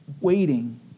waiting